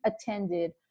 attended